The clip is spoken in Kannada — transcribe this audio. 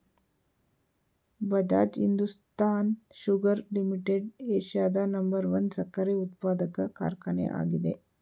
ಬಜಾಜ್ ಹಿಂದುಸ್ತಾನ್ ಶುಗರ್ ಲಿಮಿಟೆಡ್ ಏಷ್ಯಾದ ನಂಬರ್ ಒನ್ ಸಕ್ಕರೆ ಉತ್ಪಾದಕ ಕಾರ್ಖಾನೆ ಆಗಿದೆ